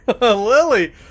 Lily